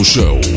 Show